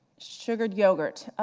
sugared yogurt,